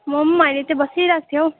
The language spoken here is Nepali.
म पनि अहिले चाहिँ बासिरहेको थिएँ हौ